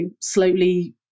slowly